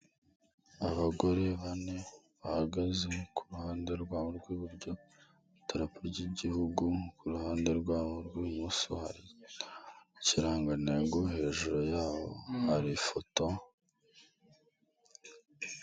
Abagore bane bahagaze ku ruhande rwabo rw'iburyo, idarapo ry'igihugu, ku ruhande rwabo rw'ibumoso hari ikirangantego, hejuru yaho hari ifoto.